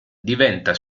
diventa